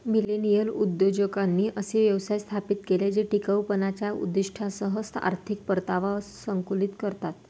millennial उद्योजकांनी असे व्यवसाय स्थापित केले जे टिकाऊपणाच्या उद्दीष्टांसह आर्थिक परतावा संतुलित करतात